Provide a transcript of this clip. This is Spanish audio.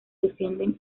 defienden